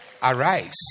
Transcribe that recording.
arise